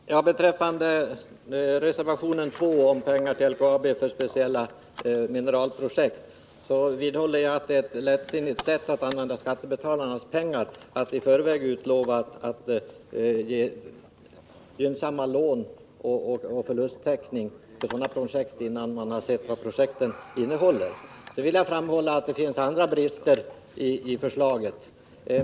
Herr talman! Beträffande reservation 2 i betänkandet 50 om pengar till LKAB för speciella mineralprojekt, så vidhåller jag att det är ett lättsinnigt sätt att använda skattebetalarnas pengar på om man i förväg utlovar att ge gynnsamma lån och förlusttäckning för sådana projekt innan man har sett vad projekten innehåller. Jag vill framhålla att det finns andra brister i förslaget.